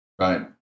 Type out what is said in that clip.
Right